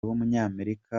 w’umunyamerika